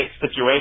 situation